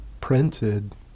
printed